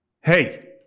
hey